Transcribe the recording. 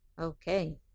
Okay